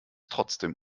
trotzdem